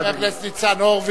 תודה רבה לחבר הכנסת ניצן הורוביץ.